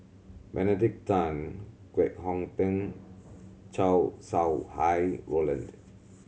Benedict Tan Kwek Hong Png Chow Sau Hai Roland